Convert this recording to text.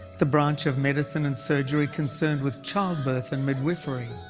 the branch of medicine and surgery concerned with childbirth and midwifery.